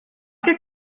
che